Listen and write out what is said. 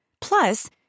Plus